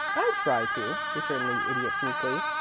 i try to, returned the idiot, meekly.